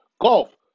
Golf